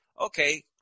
Okay